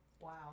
Wow